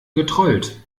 getrollt